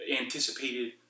anticipated